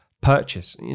purchase